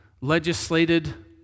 legislated